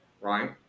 Right